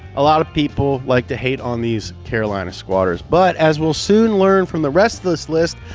a lot of people like to hate on these carolina squatters, but as we'll soon learn from the rest of this list,